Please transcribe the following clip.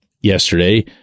yesterday